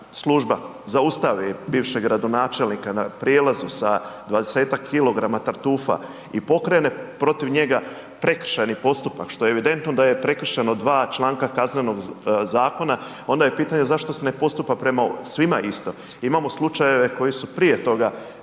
služba zaustavi bivšeg gradonačelnika na prijelazu sa 20-tak kilograma tartufa i pokrene protiv njega prekršajni postupak, što je evidentno da je prekršeno 2 čl. Kaznenog zakona, onda je pitanje zašto se ne postupak prema svima isto? Imamo slučajeve koji su prije toga